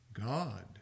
God